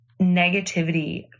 negativity